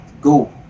go